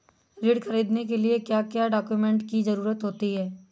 ऋण ख़रीदने के लिए क्या क्या डॉक्यूमेंट की ज़रुरत होती है?